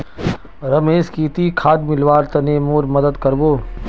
रमेश की ती खाद मिलव्वार तने मोर मदद कर बो